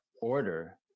Order